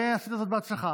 ועשית זאת בהצלחה.